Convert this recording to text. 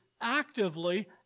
actively